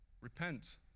Repent